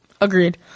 Agreed